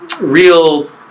real